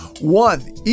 One